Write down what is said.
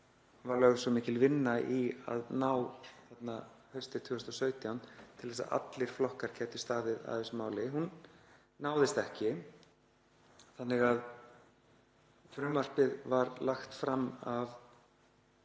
var lögð mikil vinna í að ná þarna haustið 2017 til að allir flokkar gætu staðið að þessu máli, náðist ekki, þannig að frumvarpið var lagt fram af